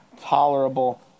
tolerable